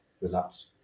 relapse